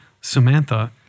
Samantha